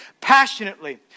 passionately